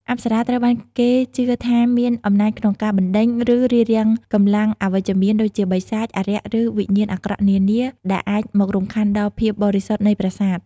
អប្សរាត្រូវបានគេជឿថាមានអំណាចក្នុងការបណ្ដេញ ឬរារាំងកម្លាំងអវិជ្ជមាន ដូចជាបិសាច អារក្ស ឬវិញ្ញាណអាក្រក់នានា ដែលអាចមករំខានដល់ភាពបរិសុទ្ធនៃប្រាសាទ។